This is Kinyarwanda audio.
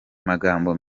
magambo